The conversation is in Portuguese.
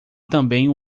também